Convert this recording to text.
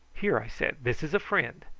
here, i said, this is a friend.